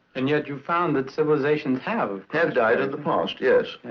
and yet you've found that civilizations have. have died in the past, yes.